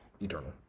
eternal